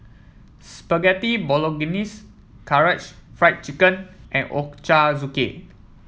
Spaghetti Bolognese Karaage Fried Chicken and Ochazuke